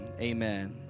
Amen